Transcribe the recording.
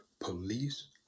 police